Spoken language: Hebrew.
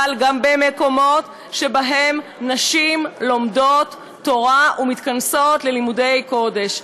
אבל גם על מקומות שבהם נשים לומדות תורה ומתכנסות ללימודי קודש,